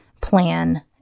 plan